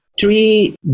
three